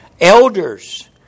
elders